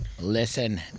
listen